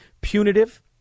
punitive